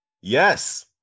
Yes